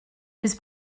his